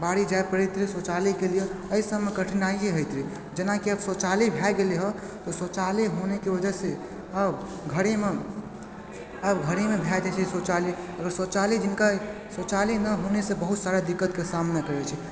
बाहरे जाइ पड़ैत रहय शौचालयके लिये अइ सबमे कठिनाइए होइत रहय जेना कि आब शौचालय भए गेलय हऽ तऽ शौचालय होनेके वजहसँ अब घरेमे आब घरेमे भए जाइ छै शौचालय आओर शौचालय जिनका शौचालय नहि होने से बहुत सारा दिक्कतके सामना करय छै